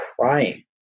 crying